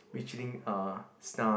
Michelin uh Star